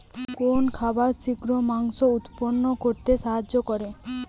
কোন খাবারে শিঘ্র মাংস উৎপন্ন করতে সাহায্য করে?